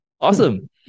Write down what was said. awesome